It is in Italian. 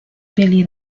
peli